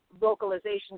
vocalization